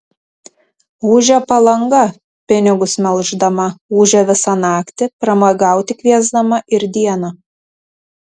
ūžia palanga pinigus melždama ūžia visą naktį pramogauti kviesdama ir dieną